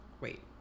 Wait